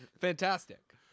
Fantastic